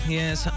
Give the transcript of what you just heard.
yes